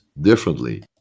differently